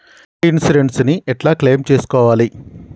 నా ఇన్సూరెన్స్ ని ఎట్ల క్లెయిమ్ చేస్కోవాలి?